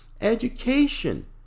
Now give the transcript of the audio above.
education